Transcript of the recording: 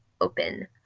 open